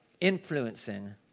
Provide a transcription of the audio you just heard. influencing